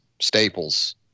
staples